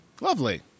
Lovely